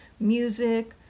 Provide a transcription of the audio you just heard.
music